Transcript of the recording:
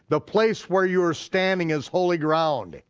the place where you are standing is holy ground.